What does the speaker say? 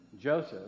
Joseph